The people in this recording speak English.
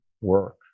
Work